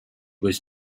was